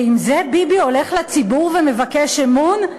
ועם זה ביבי הולך לציבור ומבקש אמון?